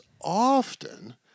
often